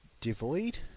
devoid